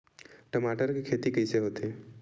टमाटर के खेती कइसे होथे?